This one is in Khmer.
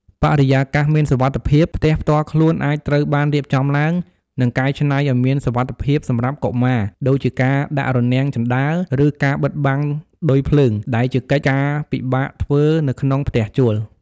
បរិយាកាសមានសុវត្ថិភាព ផ្ទះផ្ទាល់ខ្លួនអាចត្រូវបានរៀបចំ និងកែច្នៃឲ្យមានសុវត្ថិភាពសម្រាប់កុមារ ដូចជាការដាក់រនាំងជណ្ដើរ ឬការបិទបាំងឌុយភ្លើង ដែលជាកិច្ចការពិបាកធ្វើនៅក្នុងផ្ទះជួល។